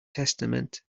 testament